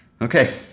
Okay